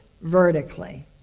vertically